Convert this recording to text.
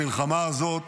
המלחמה הזאת